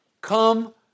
come